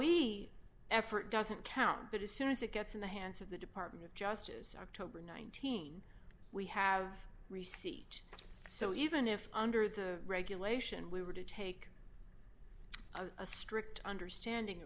we effort doesn't count but as soon as it gets in the hands of the department of justice october th we have receipt so even if under the regulation we were to take a strict understanding